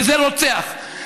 וזה רוצח.